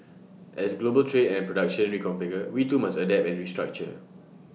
as global trade and production reconfigure we too must adapt and restructure